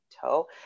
toe